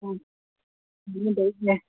എന്തിനാണ് ഉപയോഗിക്കുന്നത്